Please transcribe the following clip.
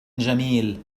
جميل